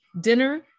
dinner